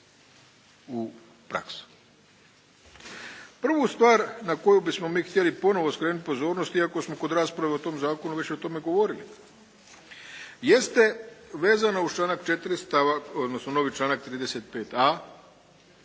u praksu. Prvu stvar na koju bismo mi htjeli ponovno skrenuti pozornost, iako smo kod rasprave o tom zakonu već o tome govorili jeste vezano uz članak 4. stavak, odnosno novi članak 35.a